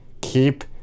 Keep